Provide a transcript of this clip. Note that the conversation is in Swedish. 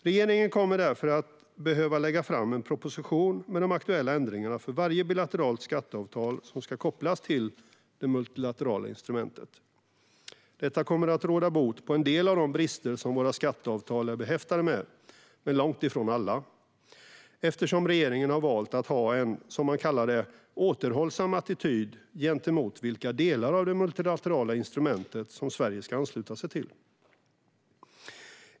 Regeringen kommer därför att behöva lägga fram en proposition med de aktuella ändringarna för varje bilateralt skatteavtal som ska kopplas till det multilaterala instrumentet. Detta kommer att råda bot på en del av de brister som våra skatteavtal är behäftade med, men långt ifrån alla. Regeringen har nämligen valt att ha en, som man kallar det, återhållsam attityd när det gäller vilka delar av det multilaterala instrumentet som Sverige ska ansluta sig till.